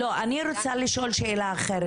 אני רוצה לשאול שאלה אחרת,